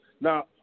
Now